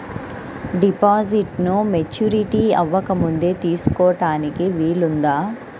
డిపాజిట్ను మెచ్యూరిటీ అవ్వకముందే తీసుకోటానికి వీలుందా?